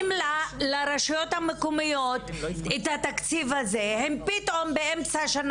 לרשויות המקומיות את התקציב הזה והן פתאום באמצע השנה